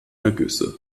ergüsse